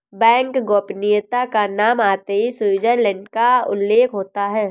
bank गोपनीयता का नाम आते ही स्विटजरलैण्ड का उल्लेख होता हैं